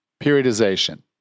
Periodization